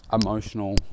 emotional